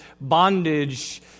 bondage